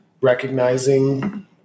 recognizing